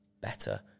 Better